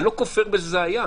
אני לא כופר בזה שזה היה,